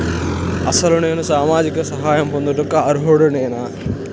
అసలు నేను సామాజిక సహాయం పొందుటకు అర్హుడనేన?